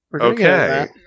okay